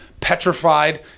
petrified